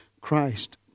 Christ